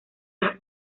las